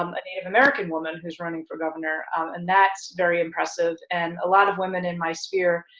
um a native american woman who's running for governor, and that's very impressive. and a lot of women in my sphere